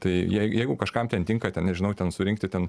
tai jeigu kažkam ten tinka ten nežinau ten surinkti ten